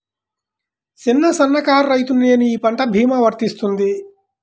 చిన్న సన్న కారు రైతును నేను ఈ పంట భీమా వర్తిస్తుంది?